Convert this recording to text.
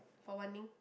for Wan-Ning